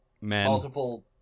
multiple